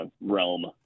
realm